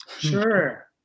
Sure